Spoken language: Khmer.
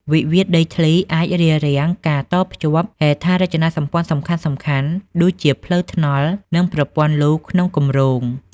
វិវាទដីធ្លីអាចរារាំងការតភ្ជាប់ហេដ្ឋារចនាសម្ព័ន្ធសំខាន់ៗ ដូចជាផ្លូវថ្នល់ និងប្រព័ន្ធលូក្នុងគម្រោង។